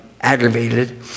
aggravated